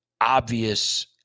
obvious